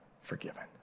forgiven